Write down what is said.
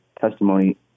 testimony